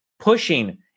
Pushing